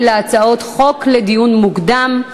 להצעות חוק לדיון מוקדם.